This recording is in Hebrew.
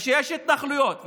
שיש התנחלויות,